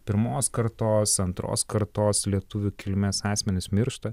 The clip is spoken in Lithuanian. pirmos kartos antros kartos lietuvių kilmės asmenys miršta